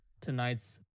tonight's